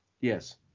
Yes